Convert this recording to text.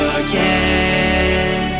again